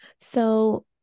So-